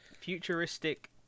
Futuristic